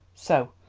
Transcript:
so,